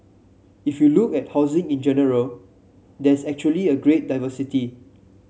if you look at housing in general there's actually a great diversity